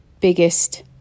biggest